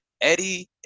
Eddie